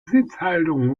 sitzhaltung